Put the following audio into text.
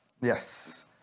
yes